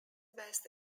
west